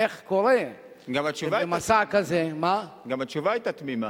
איך קורה, גם התשובה היתה תמימה.